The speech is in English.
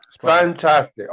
fantastic